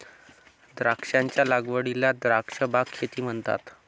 द्राक्षांच्या लागवडीला द्राक्ष बाग शेती म्हणतात